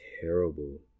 terrible